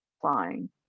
flying